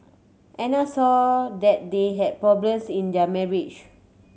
Anna saw that they had problems in their marriage